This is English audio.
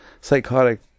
psychotic